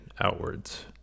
outwards